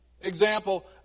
example